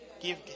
Give